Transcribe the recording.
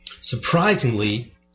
Surprisingly